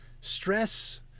stress